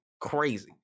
crazy